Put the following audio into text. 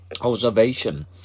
Observation